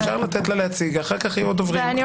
אפשר לתת לה להציג ואחר כך לשמוע את שאר הדוברים.